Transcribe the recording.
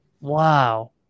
Wow